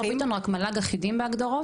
ביטון רק המועצה להשכלה גבוהה אחידים בהגדרות?